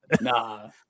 nah